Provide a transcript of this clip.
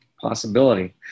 possibility